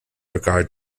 regard